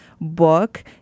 book